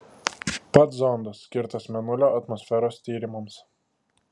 pats zondas skirtas mėnulio atmosferos tyrimams